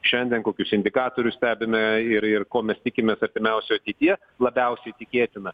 šiandien kokius indikatorius stebime ir ir ko mes tikimės artimiausioj ateityje labiausiai tikėtina